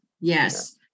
Yes